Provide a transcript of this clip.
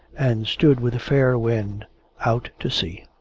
and stood with a fair wind out to sea.